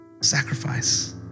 Sacrifice